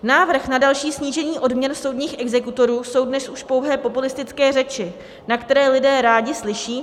Návrh na další snížení odměn soudních exekutorů jsou dnes už pouhé populistické řeči, na které lidé rádi slyší.